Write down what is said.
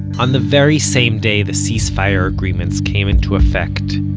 on the very same day the ceasefire agreements came into effect,